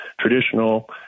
Traditional